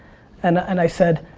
and and i said,